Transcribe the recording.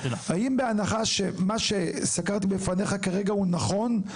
האם בהנחה שמה שסקרתי בפניך כרגע הוא נכון,